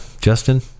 Justin